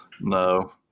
No